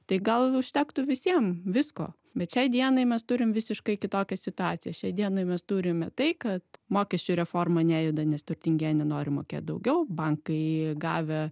tai gal užtektų visiem visko bet šiai dienai mes turim visiškai kitokią situaciją šiai dienai mes turime tai kad mokesčių reforma nejuda nes turtingieji nenori mokėt daugiau bankai gavę